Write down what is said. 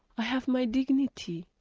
i have my dignity,